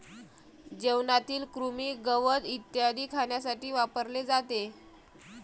जेवणातील कृमी, गवत इत्यादी खाण्यासाठी वापरले जाते